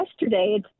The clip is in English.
yesterday